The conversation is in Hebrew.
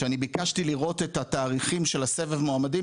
שאני ביקשתי לראות את התאריכים של הסבב מועמדים,